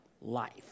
life